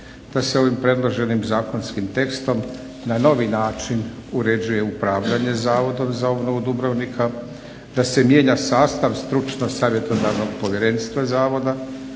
da se ovim predloženim zakonskim tekstom na novi način uređuje upravljanje Zavodom za upravljanje Dubrovnika, da se mijenja sastav Stručno-savjetodavnog povjerenstva Zavoda,